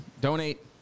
donate